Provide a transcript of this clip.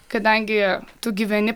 kadangi tu gyveni